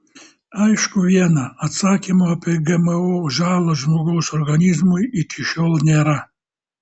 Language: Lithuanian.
aišku viena atsakymo apie gmo žalą žmogaus organizmui iki šiol nėra